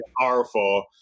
powerful